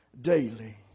daily